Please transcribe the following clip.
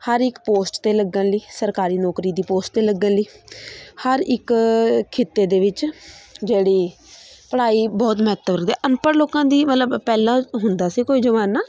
ਹਰ ਇੱਕ ਪੋਸਟ 'ਤੇ ਲੱਗਣ ਲਈ ਸਰਕਾਰੀ ਨੌਕਰੀ ਦੀ ਪੋਸਟ ' ਲੱਗਣ ਲਈ ਹਰ ਇੱਕ ਖਿੱਤੇ ਦੇ ਵਿੱਚ ਜਿਹੜੀ ਪੜ੍ਹਾਈ ਬਹੁਤ ਮਹੱਤਵ ਰੱਖਦੀ ਹੈ ਅਣਪੜ੍ਹ ਲੋਕਾਂ ਦੀ ਮਤਲਬ ਪਹਿਲਾ ਹੁੰਦਾ ਸੀ ਕੋਈ ਜਮਾਨਾ